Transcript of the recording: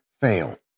fail